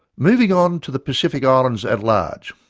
moving on to the pacific islands at large.